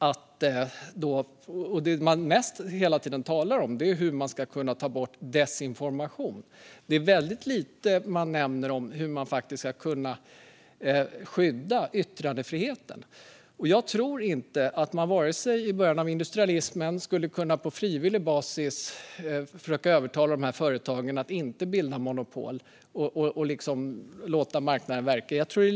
Det man främst talar om är att kunna ta bort desinformation; man nämner väldigt lite om hur man ska kunna skydda yttrandefriheten. Jag tror inte att man i början av industrialismen hade kunnat övertala företagen att på frivillig basis låta bli att bilda monopol.